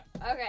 Okay